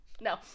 No